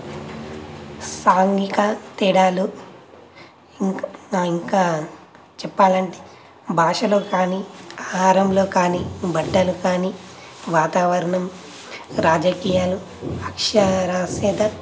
సాంఘిక తేడాలు ఇంకా ఇంకా చెప్పాలంటే భాషలో కానీ ఆహారంలో కానీ బట్టలు కానీ వాతావరణం రాజకీయాలు అక్షరాస్యత